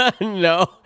No